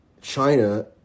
China